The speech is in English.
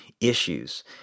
issues